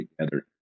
together